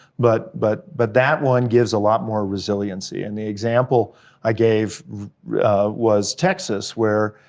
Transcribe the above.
but but but that one gives a lot more resiliency. and the example i gave was texas, where,